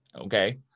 okay